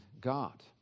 God